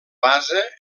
base